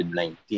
19